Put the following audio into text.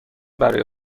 برای